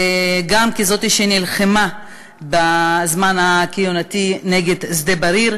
גם כמי שנלחמה בזמן כהונתה נגד שדה-בריר,